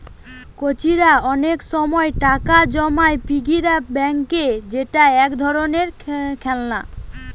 কচিরা অনেক সময় টাকা জমায় পিগি ব্যাংকে যেটা এক ধরণের খেলনা